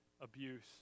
abuse